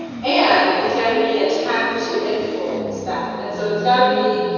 and it's got to be an attempt to influence that. and so it's got to be,